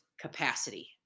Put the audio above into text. capacity